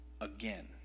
again